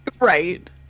Right